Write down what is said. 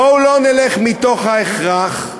בואו לא נלך מתוך ההכרח,